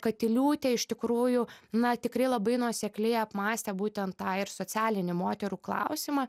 katiliūtė iš tikrųjų na tikrai labai nuosekliai apmąstė būtent tą ir socialinį moterų klausimą